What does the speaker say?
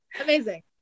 Amazing